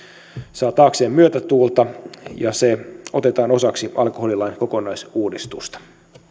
saa taakseen myötätuulta ja se otetaan osaksi alkoholilain kokonaisuudistusta